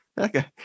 Okay